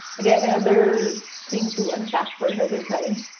again, another thing to unpack for another time.